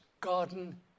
garden